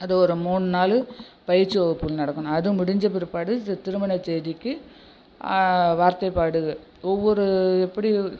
அது ஒரு மூணு நாள் பயிற்சி வகுப்புகள் நடக்கணும் அது முடிஞ்ச பிற்பாடு திருமண தேதிக்கு வார்த்தைப்பாடு ஒவ்வொரு எப்படி